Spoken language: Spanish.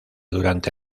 durante